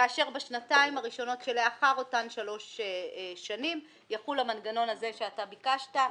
כאשר בשנתיים הראשונות שלאחר אותן שלוש שנים יחול המנגנון שאתה ביקשת,